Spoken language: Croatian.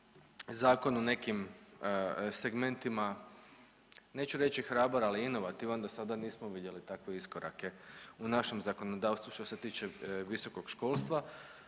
zakon u nekim segmentima neću reći hrabar, ali inovativan, dosada nismo vidjeli takve iskorake u našem zakonodavstvu što se tiče visokog školstva.